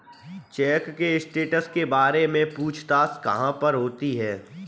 Check के status के बारे में पूछताछ कहाँ पर होती है?